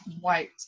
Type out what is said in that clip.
white